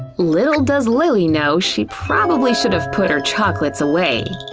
little does lilly know, she probably should've put her chocolates away.